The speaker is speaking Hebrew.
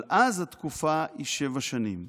אבל אז התקופה היא שבע שנים,